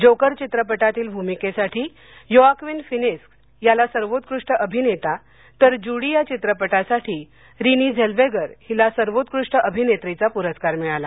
joker चित्रपटातील भूमिकेसाठी Joaquin Phoenix याला सर्वोकृष्ट अभिनेता तर जूडी या चित्रपटासाठी रिनी झेल्वेगर हिला सर्वोकृष्ट अभिनेत्रीचा पुरस्कार मिळाला